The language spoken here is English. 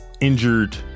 injured